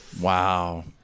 Wow